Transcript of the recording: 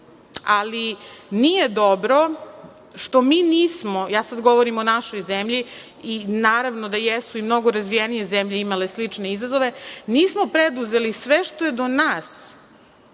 Ali, nije dobro što mi nismo, ja sada govorim o našoj zemlji i naravno da jesu i mnogo razvijenije zelje imale slične izazove, nismo preduzeli sve što je do nas